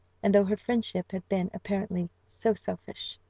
and though her friendship had been apparently so selfish.